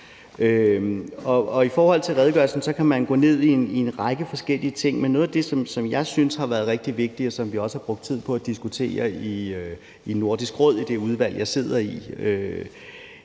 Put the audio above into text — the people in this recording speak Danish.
I forhold til redegørelsen kan man gå ned i en række forskellige ting, men noget af det, som jeg synes har været rigtig vigtigt, og som vi også har brugt tid på at diskutere i Nordisk Råd, i det udvalg, jeg sidder i,